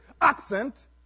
accent